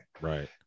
Right